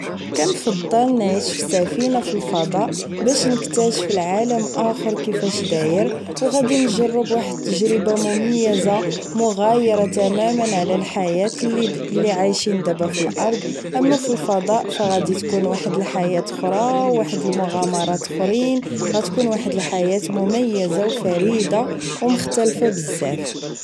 كنفضل نعيش فسفينة فالفضاء باش نكتاشف العالم اخور كيفاش داير وغادي نجرب واحد تجربة مميزة مغايرة تماما على الحياة اللي عايشين دبا فالارض اما فالفضاء فغادي تكون واحد الحياة خرى واحد المغامرات خرين غتكون واحد الحياة مميزة و فريدة و مختلفة بزاف